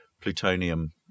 plutonium